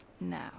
Now